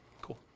Cool